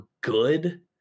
good